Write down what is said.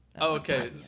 Okay